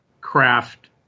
craft